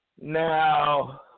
Now